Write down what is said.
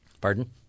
Pardon